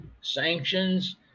sanctions